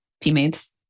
teammates